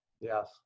Yes